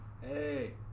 Hey